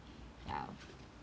ya